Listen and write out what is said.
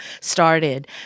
started